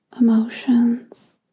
emotions